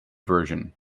version